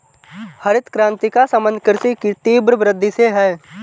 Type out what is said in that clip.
हरित क्रान्ति का सम्बन्ध कृषि की तीव्र वृद्धि से है